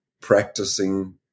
practicing